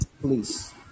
please